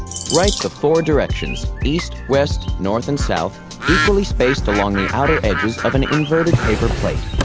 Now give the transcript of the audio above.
write the four directions east, west, north and south equally spaced along the outer edges of an inverted paper plate.